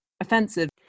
offensive